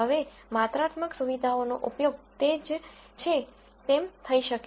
હવે માત્રાત્મક સુવિધાઓનો ઉપયોગ તે જે છે તેમ થઈ શકે